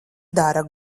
dara